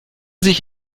sich